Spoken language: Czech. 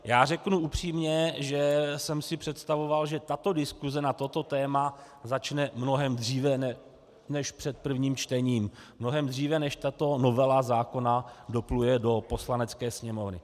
Já řeknu upřímně, že jsem si představoval, že diskuse na toto téma začne mnohem dříve než před prvním čtením, mnohem dříve, než tato novela zákona dopluje do Poslanecké sněmovny.